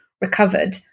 recovered